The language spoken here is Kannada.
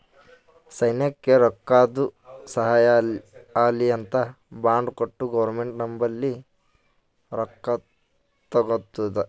ಸೈನ್ಯಕ್ ರೊಕ್ಕಾದು ಸಹಾಯ ಆಲ್ಲಿ ಅಂತ್ ಬಾಂಡ್ ಕೊಟ್ಟು ಗೌರ್ಮೆಂಟ್ ನಂಬಲ್ಲಿ ರೊಕ್ಕಾ ತಗೊತ್ತುದ